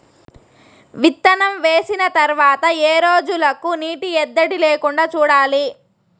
విత్తనం వేసిన తర్వాత ఏ రోజులకు నీటి ఎద్దడి లేకుండా చూడాలి?